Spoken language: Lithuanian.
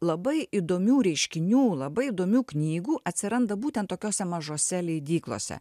labai įdomių reiškinių labai įdomių knygų atsiranda būtent tokiose mažose leidyklose